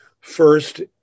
First